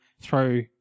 throw